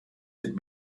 sind